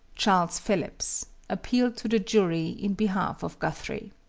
charles phillips, appeal to the jury in behalf of guthrie.